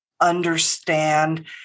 understand